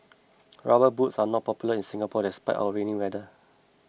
rubber boots are not popular in Singapore despite our rainy weather